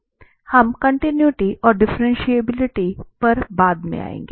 खैर हम कॉन्टिनुइटी और डिफ्रेंटिएबिलिटी पर बाद में आएंगे